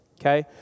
okay